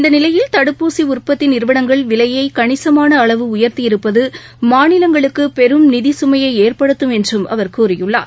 இந்த நிலையில் தடுப்பூசி உற்பத்தி நிறுவளங்கள் விலையை கணிசமான அளவு உயர்த்தி இருப்பது மாநிலங்களுக்கு பெரும் நிதி சுமையை ஏற்படுத்தும் என்று அவர் கூறியுள்ளார்